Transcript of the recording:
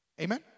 Amen